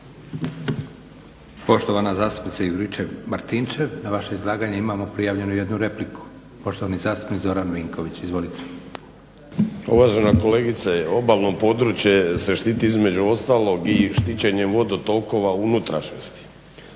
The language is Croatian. Poštovana zastupnica Juričev Matinčev na vaše izlaganje imamo prijavljenu jednu repliku. Poštovani zastupnik Zoran Vinković. Izvolite. **Vinković, Zoran (HDSSB)** Uvažena kolegice, obalno područje se štiti između ostalog i štićenjem vodotokova u unutrašnjosti